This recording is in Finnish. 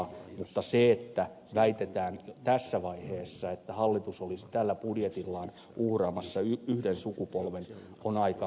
se että väitetään jo tässä vaiheessa että hallitus olisi tällä budjetillaan uhraamassa yhden sukupolven on aika kovaa puhetta